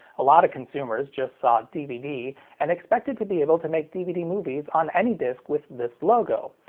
a lot of consumers just saw dvd and expected to be able to make dvd movies on any disc with this logo,